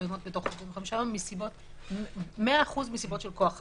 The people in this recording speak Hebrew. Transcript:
מתקיימות תוך 45 ימים מסיבות 100% של כוח אדם.